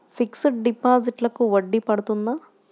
Fixed డిపాజిట్లకు వడ్డీ పడుతుందా?